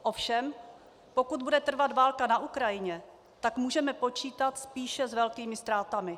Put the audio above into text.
Ovšem pokud bude trvat válka na Ukrajině, tak můžeme počítat spíše s velkými ztrátami.